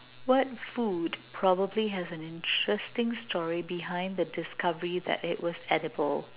what food probably has an interesting story behind the discovery that it was edible